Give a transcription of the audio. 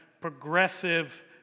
progressive